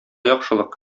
яхшылык